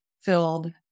filled